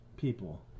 people